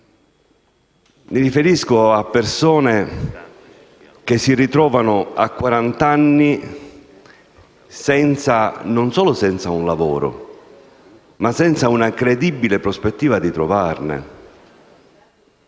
mi riferisco a persone che si ritrovano a quarant'anni non solo senza un lavoro, ma senza una credibile prospettiva di trovarne